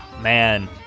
Man